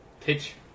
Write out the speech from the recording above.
Pitch